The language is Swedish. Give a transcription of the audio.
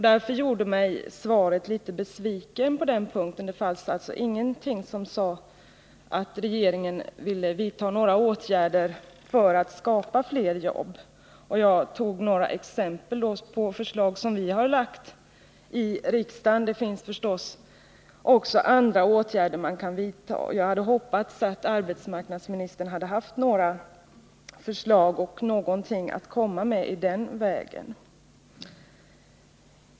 Därför gjorde mig svaret litet besviken på den punkten — det fanns i svaret ingenting om att regeringen vill vidta åtgärder för att skapa fler jobb. Jag tog som exempel några förslag som vi framfört i riksdagen, men det finns givetvis andra åtgärder som kan vidtas. Jag hade hoppats att arbetsmarknadsministern skulle ha några förslag att komma med i den vägen.